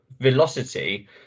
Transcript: velocity